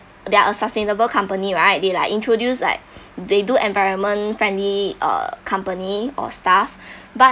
they are a sustainable company right they like introduce like they do environment friendly uh company or stuff but